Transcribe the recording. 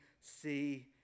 see